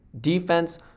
Defense